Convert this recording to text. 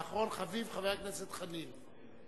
ואחרון חביב, חבר הכנסת חנין.